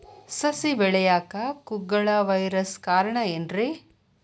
ಸಸಿ ಬೆಳೆಯಾಕ ಕುಗ್ಗಳ ವೈರಸ್ ಕಾರಣ ಏನ್ರಿ?